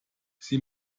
sie